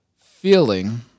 feeling